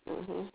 mmhmm